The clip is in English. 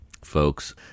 folks